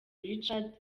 richard